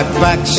back